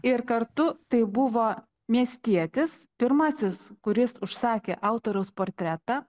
ir kartu tai buvo miestietis pirmasis kuris užsakė autoriaus portretą